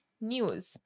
news